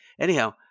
Anyhow